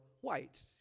white